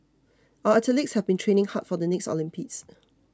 our athletes have been training hard for the next Olympics